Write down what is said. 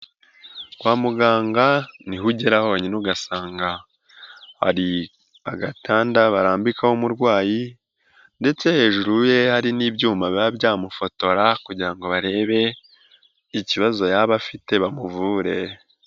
Kwa muganga ni ho ugera honyine ugasanga hari agatanda barambikaho umurwayi ndetse hejuru ye hari n'ibyuma biba byamufotora kugira ngo barebe ikibazo yaba afite bamuvure.